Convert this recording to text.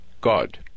God